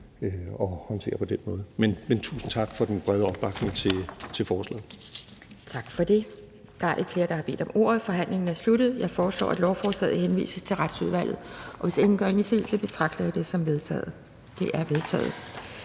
og håndtere på den måde. Men tusind tak for den brede opbakning til forslaget. Kl. 12:31 Anden næstformand (Pia Kjærsgaard): Tak for det. Der er ikke flere, der har bedt om ordet. Forhandlingen er sluttet. Jeg foreslår, at lovforslaget henvises til Retsudvalget. Hvis ingen gør indsigelse, betragter jeg det som vedtaget. Det er vedtaget.